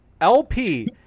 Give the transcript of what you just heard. LP